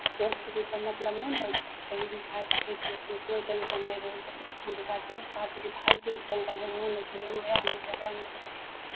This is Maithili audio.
दोस्तके ओसभ मतलब नहि ने रहै छै कहीँ भी खाय सकै छी उतना कोइ टेंसन नहि रहै छै मगर गार्जियनके साथ जयबिही तऽ हरचीजके टेंसन हइ ओ नहि खयबिही ओ उएह मिलतौ उएह मिलतौ